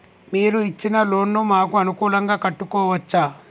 మీరు ఇచ్చిన లోన్ ను మాకు అనుకూలంగా కట్టుకోవచ్చా?